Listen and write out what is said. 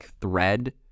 thread